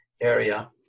area